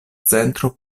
centro